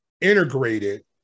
integrated